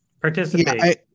participate